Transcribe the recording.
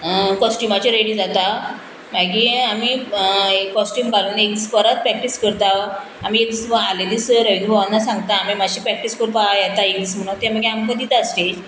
कॉस्ट्युमाचे ready जाता मागीर आमी कॉस्ट्यूम घालून एक दीस परत प्रॅक्टीस करता आमी एक दीस वा आदले दीस रवींद्र भवना सांगता आमी मात्शी प्रॅक्टीस करपा येता एक दीस म्हणून ते मागीर आमकां दिता स्टेज